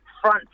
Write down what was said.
front